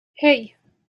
hey